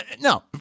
no